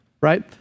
right